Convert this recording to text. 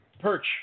Perch